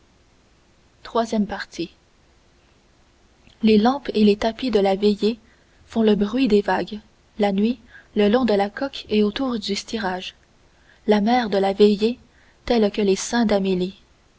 iii les lampes et les tapis de la veillée font le bruit des vagues la nuit le long de la coque et autour du steerage la mer de la veillée telle que les seins d'amélie